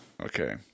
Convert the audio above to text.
Okay